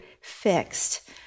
fixed